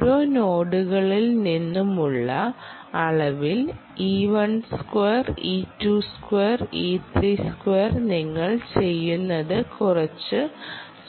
ഓരോ നോഡുകളിൽ നിന്നുമുള്ള അളവിൽ നിങ്ങൾ ചെയ്യുന്നത് കുറച്ച്